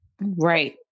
right